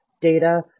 data